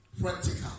practical